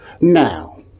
Now